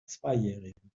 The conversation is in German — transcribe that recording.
zweijährigen